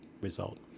result